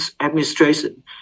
administration